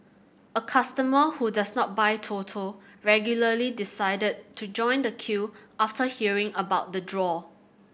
a customer who does not buy Toto regularly decided to join the queue after hearing about the draw